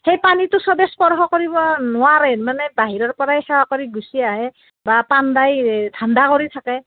সেই পানীটো সবেই স্পৰ্শ কৰিব নোৱাৰে মানে বাহিৰৰ পৰাই সেৱা কৰি গুচি আহে বা পাণ্ডাই ধান্দা কৰি থাকে